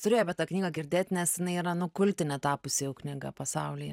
turėjo apie tą knygą girdėt nes jinai yra nu kultine tapusi jau knyga pasaulyje